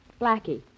Blackie